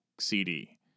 CD